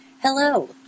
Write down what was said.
Hello